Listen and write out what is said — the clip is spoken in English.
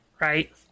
right